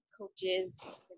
coaches